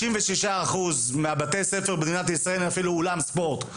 שנייה לא לא לא אנחנו לא נזלוג,